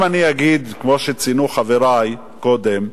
אם אני אגיד, כמו שציינו חברי קודם,